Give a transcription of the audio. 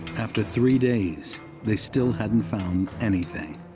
after three days they still hadn't found anything.